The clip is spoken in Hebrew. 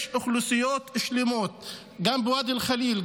יש אוכלוסיות שלמות גם בוואדי ח'ליל,